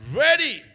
ready